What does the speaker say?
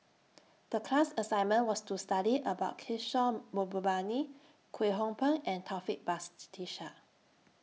The class assignment was to study about Kishore Mahbubani Kwek Hong Png and Taufik Batisah